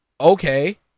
Okay